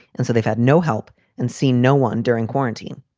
and so they've had no help and seen no one during quarantine.